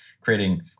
creating